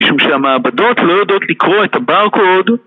משום שהמעבדות לא יודעות לקרוא את הברקוד